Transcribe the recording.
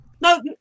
No